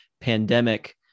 pandemic